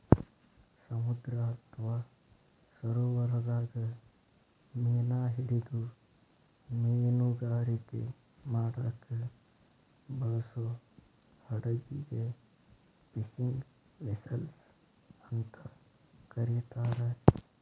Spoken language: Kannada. ಸಮುದ್ರ ಅತ್ವಾ ಸರೋವರದಾಗ ಮೇನಾ ಹಿಡಿದು ಮೇನುಗಾರಿಕೆ ಮಾಡಾಕ ಬಳಸೋ ಹಡಗಿಗೆ ಫಿಶಿಂಗ್ ವೆಸೆಲ್ಸ್ ಅಂತ ಕರೇತಾರ